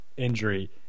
injury